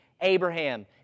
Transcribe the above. Abraham